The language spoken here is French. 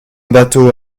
bâteau